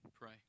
pray